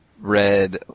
red